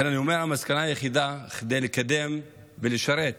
לכן אני אומר שהמסקנה היחידה: כדי לקדם ולשרת